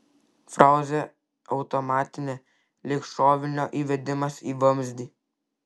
frazė automatinė lyg šovinio įvedimas į vamzdį